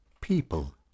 people